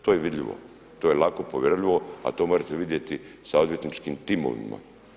To je vidljivo, to je lako provjerljivo, a to možete vidjeti sa odvjetničkim timovima.